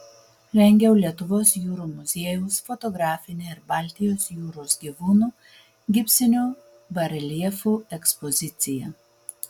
rengiau lietuvos jūrų muziejaus fotografinę ir baltijos jūros gyvūnų gipsinių bareljefų ekspoziciją